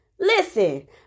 Listen